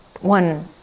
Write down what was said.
One